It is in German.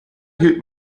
hielt